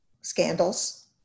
scandals